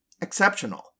exceptional